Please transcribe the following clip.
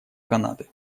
канады